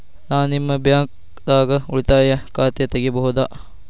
ನಾ ನಿಮ್ಮ ಬ್ಯಾಂಕ್ ದಾಗ ಉಳಿತಾಯ ಖಾತೆ ತೆಗಿಬಹುದ?